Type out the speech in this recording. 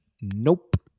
Nope